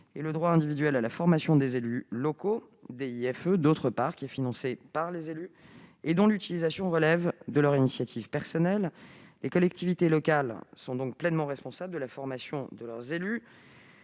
et le droit individuel à la formation des élus locaux, d'autre part. Ce DIFE est financé par les élus et son utilisation relève de leur initiative personnelle. Les collectivités locales sont donc pleinement responsables de la formation de leurs élus.